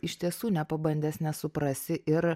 iš tiesų nepabandęs nesuprasi ir